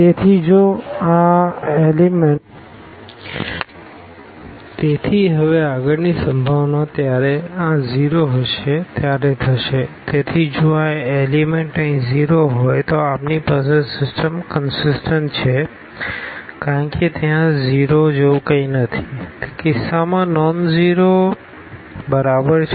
તેથી જો આ એલીમેન્ટ અહીં 0 હોય તો આપણી પાસે સિસ્ટમ કનસીસટન્ટ છે કારણ કે ત્યાં 0 જેવું કંઈ નથી તે કિસ્સામાં નોનઝીરો બરાબર છે